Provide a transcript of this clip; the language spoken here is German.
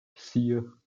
vier